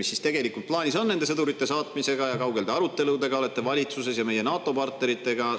siis tegelikult plaanis on nende sõdurite saatmisega ja kaugel te nende aruteludega olete valitsuses ja meie NATO partneritega.